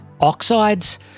oxides